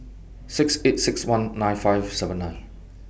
six eight six one nine five seven nine